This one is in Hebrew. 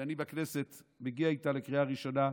שאני מגיע איתו בכנסת לקריאה ראשונה.